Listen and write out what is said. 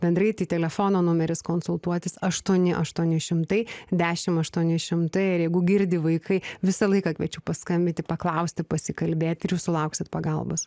bendrieji tai telefono numeris konsultuotis aštuoni aštuoni šimtai dešimt aštuoni šimtai jeigu girdi vaikai visą laiką kviečiu paskambinti paklausti pasikalbėti ir jūs sulauksit pagalbos